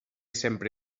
sempre